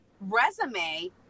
resume